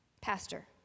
Pastor